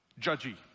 judgy